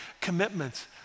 commitments